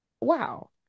wow